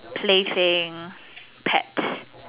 play thing pets